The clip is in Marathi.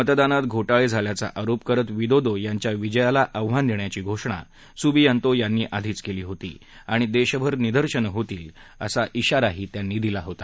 मतदानात घोत्ळि झाल्याचा आरोप करत विदोदो यांच्या विजयाला आव्हान देण्याची घोषणा सुबीयांतो यांनी आधीच केली होती आणि देशभर निदर्शनं होतील असा इशाराही त्यांनी दिला होता